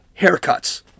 haircuts